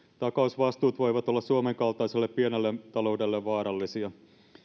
takausvastuut voivat olla suomen kaltaiselle pienelle taloudelle vaarallisia